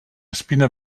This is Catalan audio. espina